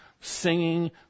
singing